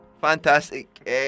Fantastic